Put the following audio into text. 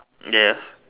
yes